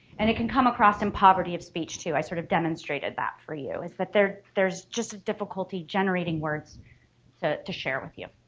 and it can come across in poverty of speech i sort of demonstrated that for you is that there there's just a difficulty generating words to to share with you.